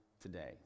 today